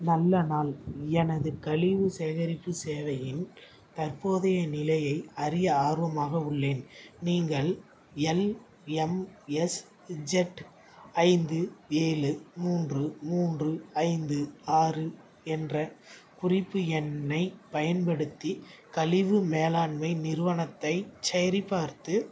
நல்ல நாள் எனது கழிவு சேகரிப்பு சேவையின் தற்போதைய நிலையை அறிய ஆர்வமாக உள்ளேன் நீங்கள் எல்எம்எஸ்இஜெட் ஐந்து ஏழு மூன்று மூன்று ஐந்து ஆறு என்ற குறிப்பு எண்ணைப் பயன்படுத்தி கழிவு மேலாண்மை நிறுவனத்தைச் சரிப் பார்த்து